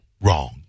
Wrong